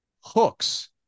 hooks